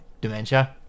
dementia